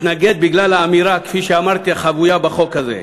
אתנגד בגלל האמירה, כפי שאמרתי, החבויה בחוק הזה,